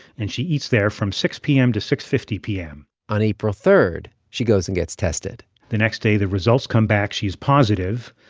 and she eats there from six p m. to six fifty p m on april three, she goes and gets tested the next day, the results come back. she's positive.